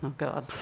god.